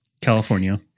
California